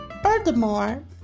Furthermore